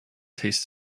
tastes